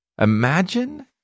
Imagine